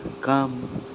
come